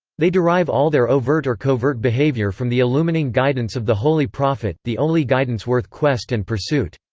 they derive all their overt or covert behaviour from the illumining guidance of the holy prophet, the only guidance worth quest and pursuit.